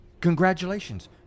Congratulations